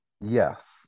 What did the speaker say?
Yes